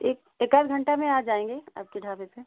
एक एक आध घंटा में आ जाएँगे आपके ढाबे पर